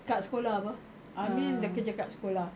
tak sekolah apa I mean dia kerja kat sekolah